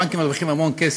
הבנקים מרוויחים המון כסף,